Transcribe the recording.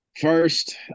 first